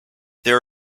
there